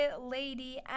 lady